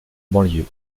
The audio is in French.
banlieue